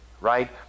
right